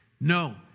no